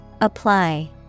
Apply